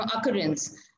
occurrence